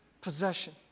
possession